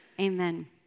Amen